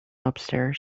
upstairs